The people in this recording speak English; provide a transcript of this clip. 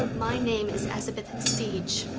my name is azabeth siege.